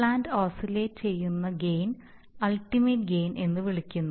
plant oscillate ചെയ്യുന്ന gain ultimate gain എന്ന് വിളിക്കുന്നു